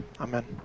amen